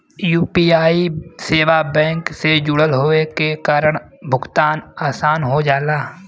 UPI सेवा bank से जुड़ल होये के कारण भुगतान आसान हो जाला